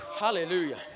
Hallelujah